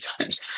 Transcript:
times